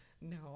No